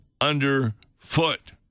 underfoot